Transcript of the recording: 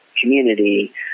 community